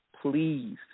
Please